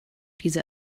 diese